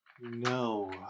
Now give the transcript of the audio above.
no